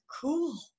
cool